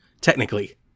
technically